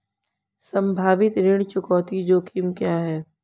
संभावित ऋण चुकौती जोखिम क्या हैं?